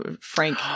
Frank